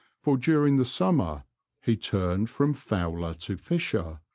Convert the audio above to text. for during the summer he turned from fowler to fisher,